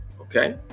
Okay